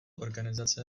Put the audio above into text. organizace